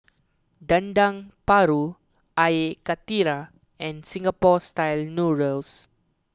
Dendeng Paru Air Karthira and Singapore Style Noodles